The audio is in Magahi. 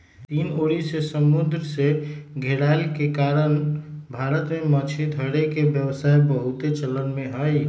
तीन ओरी से समुन्दर से घेरायल के कारण भारत में मछरी धरे के व्यवसाय बहुते चलन में हइ